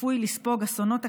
שצפוי לספוג אסונות אקלים,